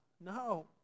No